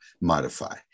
modify